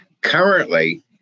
Currently